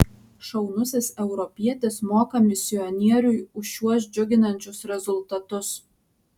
šaunusis europietis moka misionieriui už šiuos džiuginančius rezultatus